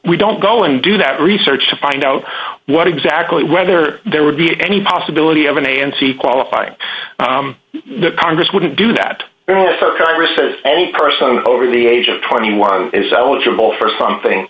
we don't go and do that research to find out what exactly whether there would be any possibility of an a n c qualifying the congress wouldn't do that for congress says any person over the age of twenty one is eligible for something